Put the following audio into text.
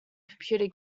computer